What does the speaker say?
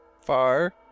Far